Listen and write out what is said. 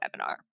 webinar